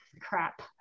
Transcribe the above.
crap